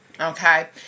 okay